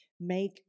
make